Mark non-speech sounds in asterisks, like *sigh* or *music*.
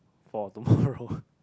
for tomorrow *breath*